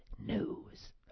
news